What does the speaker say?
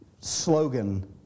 slogan